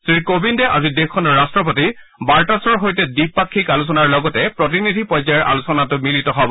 শ্ৰীকোবিন্দে আজি দেশখনৰ ৰাষ্ট্ৰপতি বাটাৰ্ছৰ সৈতে দ্বিপাক্ষিক আলোচনাৰ লগতে প্ৰতিনিধি পৰ্য্যায়ৰ আলোচনাতো মিলিত হ'ব